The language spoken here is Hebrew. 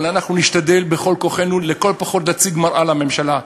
אבל אנחנו נשתדל בכל כוחנו לכל הפחות להציג מראה לממשלה,